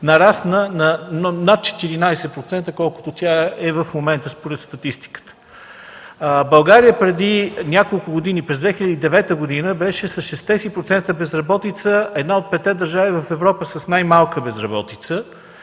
нарасна на над 14% – колкото е тя в момента, според статистиката. България преди няколко години – през 2009 г., беше с шестте си процента безработица една от петте държави в Европа с най-малка безработица.